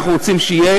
אנחנו רוצים שיהיה